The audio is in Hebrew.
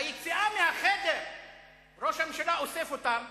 ביציאה מהחדר ראש הממשלה אוסף אותם,